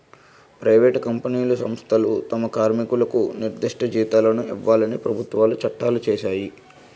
private కంపెనీలు సంస్థలు తమ కార్మికులకు నిర్దిష్ట జీతాలను ఇవ్వాలని ప్రభుత్వాలు చట్టాలు చేశాయి